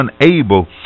unable